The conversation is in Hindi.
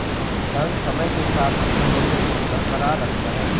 धन समय के साथ अपने मूल्य को बरकरार रखता है